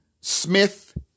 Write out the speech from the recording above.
Smith